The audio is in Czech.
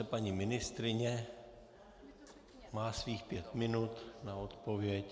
Ptám se paní ministryně má svých pět minut na odpověď.